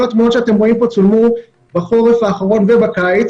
כל התמונות שאתם רואים פה צולמו בחורף האחרון ובקיץ.